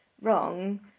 wrong